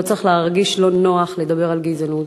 לא צריך להרגיש לא נוח לדבר על גזענות.